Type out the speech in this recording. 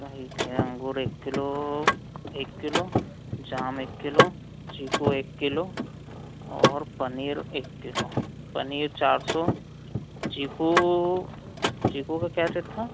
कही के अंगूर एक किलो एक किलो जाम एक किलो चीकू एक किलो और पनीर एक किलो पनीर चार सौ चीकू चीकू का क्या रेट था